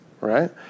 Right